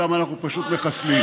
אותם אנחנו פשוט מחסלים.